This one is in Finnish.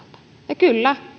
ja kyllä